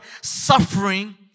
suffering